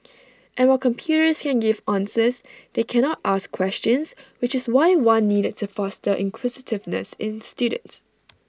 and while computers can give answers they cannot ask questions which is why one needed to foster inquisitiveness in students